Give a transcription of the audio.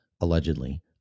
allegedly